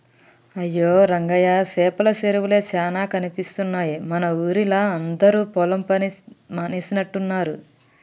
అయ్యో రంగయ్య సేపల సెరువులే చానా కనిపిస్తున్నాయి మన ఊరిలా అందరు పొలం పని మానేసినట్టున్నరు